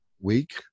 week